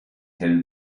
hell